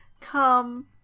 Come